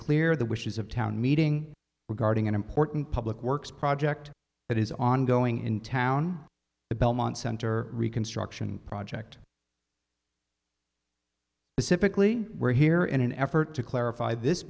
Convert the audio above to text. clear the wishes of town meeting regarding an important public works project that is ongoing in town the belmont center reconstruction project pacifically we're here in an effort to clarify this